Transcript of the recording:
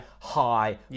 high